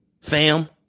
fam